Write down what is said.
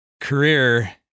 career